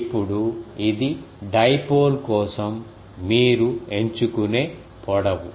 ఇప్పుడు ఇది డైపోల్ కోసం మీరు ఎంచుకునే పొడవు